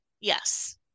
Yes